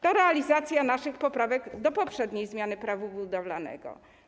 To realizacja naszych poprawek do poprzedniej zmiany Prawa budowlanego.